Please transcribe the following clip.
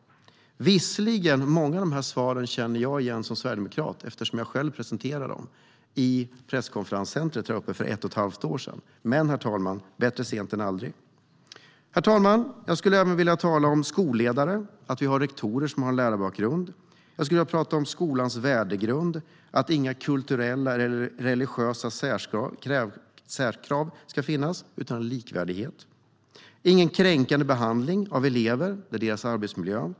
Visserligen känner jag som sverigedemokrat igen många av de svaren, eftersom jag själv presenterade dem i presscentret här uppe för ett och ett halvt år sedan, men bättre sent än aldrig. Herr talman! Jag skulle även vilja tala om skolledare, att vi har rektorer som har lärarbakgrund. Jag skulle vilja prata om skolans värdegrund, att inga kulturella eller religiösa särkrav ska finnas utan att det ska vara likvärdighet. Det ska inte vara någon kränkande behandling av elever - det är deras arbetsmiljö.